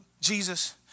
Jesus